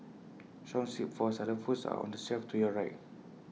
song sheets for xylophones are on the shelf to your right